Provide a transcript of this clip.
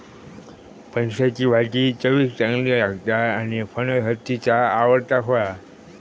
फणसाची भाजी चवीक चांगली लागता आणि फणस हत्तीचा आवडता फळ हा